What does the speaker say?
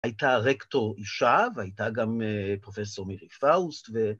‫הייתה הרקטור אישה, ‫והייתה גם פרופ' מירי פאוסט.